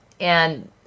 and-